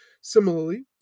Similarly